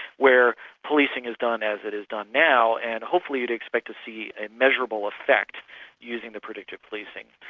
where policing is done as it is done now, and hopefully you'd expect to see a measurable effect using the predictive policing.